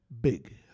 Big